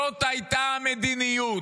זאת הייתה המדיניות.